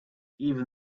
even